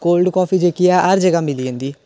cold coffee जेह्की ऐ हर जगहा मिली जंदी